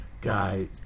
guy